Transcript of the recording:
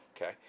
okay